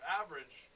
average